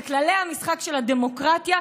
בכללי המשחק של הדמוקרטיה.